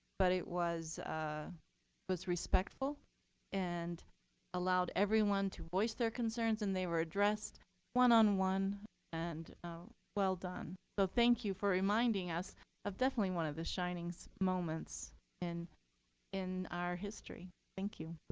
but it was ah was respectful and allowed everyone to voice their concerns. and they were addressed one on one and well done. so thank you for reminding us of definitely one of the shining so moments in in our history. thank you.